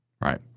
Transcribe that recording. right